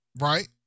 right